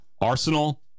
Arsenal